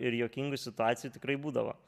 ir juokingų situacijų tikrai būdavo